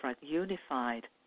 unified